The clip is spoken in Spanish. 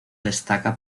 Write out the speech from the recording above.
destaca